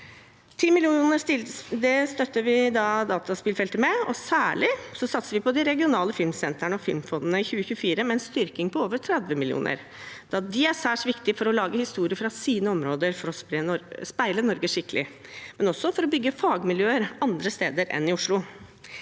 1 mrd. kr. Vi støtter dataspillfeltet med 10 mill. kr, og særlig satser vi på de regionale filmsentrene og filmfondene i 2024 med en styrking på over 30 mill. kr, da de er særs viktige for å lage historier fra sine områder for å speile Norge skikkelig, men også for å bygge fagmiljøer andre steder enn i Oslo.